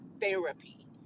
therapy